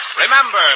Remember